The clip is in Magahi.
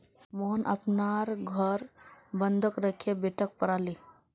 मोहन अपनार घर बंधक राखे बेटाक पढ़ाले